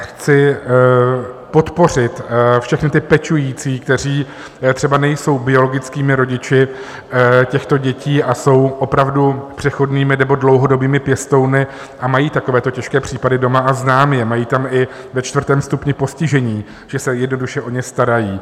Chci podpořit všechny ty pečující, kteří třeba nejsou biologickými rodiči těchto dětí a jsou opravdu přechodnými nebo dlouhodobými pěstouny, mají takovéto těžké případy doma a znám je, mají tam i ve čtvrtém stupni postižení, že se jednoduše o ně starají.